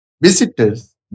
Visitors